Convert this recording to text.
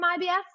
IBS